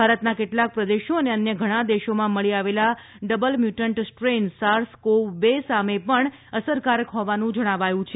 ભારતના કેટલાંક પ્રદેશો અને અન્ય ઘણા દેશોમાં મળી આવેલ double mutant strain SARS CoV બે સામે પણ અસરકારક હોવાનું જણાવાયું છે